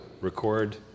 record